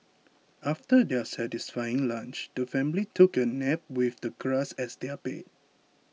after their satisfying lunch the family took a nap with the grass as their bed